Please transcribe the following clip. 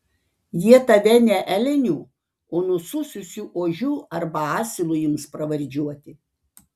jie tave ne elniu o nusususiu ožiu arba asilu ims pravardžiuoti